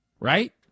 Right